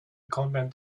convent